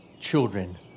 children